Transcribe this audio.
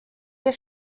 hier